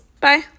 bye